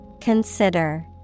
Consider